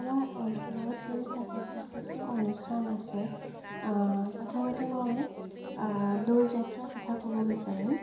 আমাৰ অঞ্চলত তিনিটাকৈ প্ৰসিদ্ধ অনুষ্ঠান আছে প্ৰথমতে মই দৌল যাত্ৰাৰ কথা ক'ব বিচাৰিম